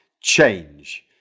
change